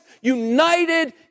united